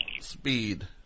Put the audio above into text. speed